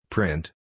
Print